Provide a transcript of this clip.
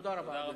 תודה רבה, אדוני.